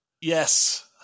Yes